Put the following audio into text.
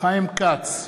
חיים כץ,